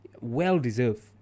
well-deserved